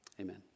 amen